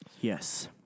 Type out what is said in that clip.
Yes